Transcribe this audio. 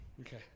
okay